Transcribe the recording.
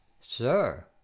Sir